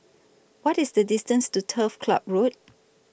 What IS The distance to Turf Ciub Road